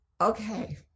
okay